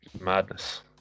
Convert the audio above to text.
Madness